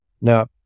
Now